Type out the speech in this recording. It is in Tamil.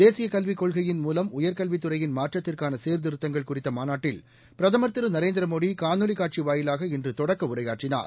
தேசியக் கல்விக் கொள்கையின் மூலம் உயர்கல்வித் துறையின் மாற்றத்திற்கான சீர்திருத்தங்கள் குறித்த மாநாட்டில் பிரதமர் திரு நரேந்திரமோடி காணொலி காட்சி வாயிலாக இன்று தொடக்க உரையாற்றினார்